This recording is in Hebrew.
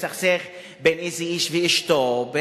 לסכסך בין איש לאשתו,